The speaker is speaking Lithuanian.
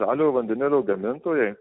žaliojo vandenilio gamintojai